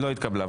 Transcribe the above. לא התקבלה.